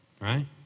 right